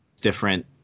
different